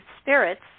spirits